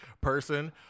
person